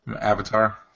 Avatar